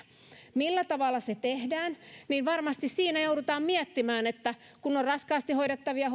millä tavalla se tehdään varmasti siinä joudutaan miettimään että kun on raskaasti hoidettavia